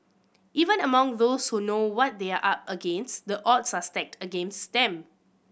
even among those who know what they are up against the odds are stacked against them